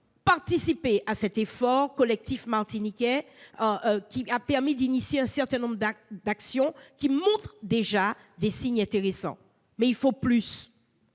participé à l'effort collectif martiniquais qui a permis d'engager un certain nombre d'actions qui montrent déjà des signes encourageants. Mais il faut aussi